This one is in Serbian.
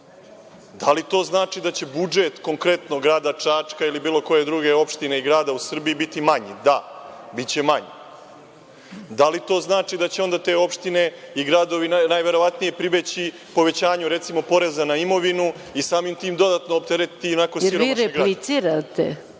Da li to znači da će budžet konkretno grada Čačka, ili bilo koje druge opštine ili grada u Srbiji, biti manji? Da, biće manji. Da li to znači da će onda te opštine i gradovi najverovatnije pribeći povećanju, recimo, poreza na imovinu i samim tim dodatno opteretiti ionako siromašne građane?